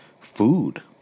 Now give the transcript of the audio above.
food